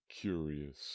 curious